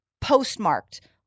postmarked